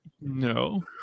No